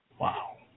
Wow